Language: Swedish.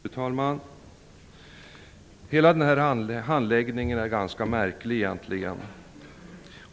Fru talman! Hela denna handläggning är egentligen ganska märklig.